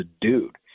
dude